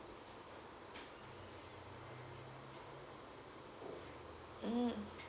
mm